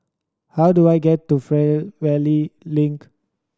how do I get to Fernvale Link